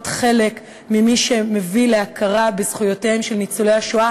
להיות חלק ממי שמביאים להכרה בזכויותיהם של ניצולי השואה